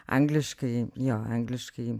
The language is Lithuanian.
angliškai jo angliškai